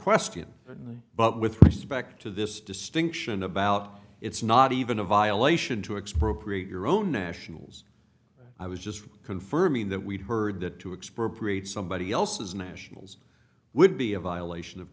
question but with respect to this distinction about it's not even a violation to expropriate your own nationals i was just confirming that we've heard that to explore parade somebody else's nationals would be a violation of